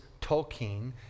Tolkien